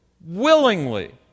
willingly